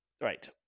Right